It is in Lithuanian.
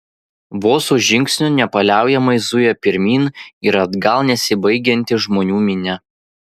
vos už žingsnio nepaliaujamai zuja pirmyn ir atgal nesibaigianti žmonių minia